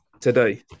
today